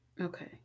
okay